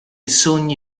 sogni